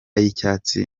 y’icyatsi